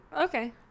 okay